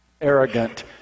Arrogant